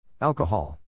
Alcohol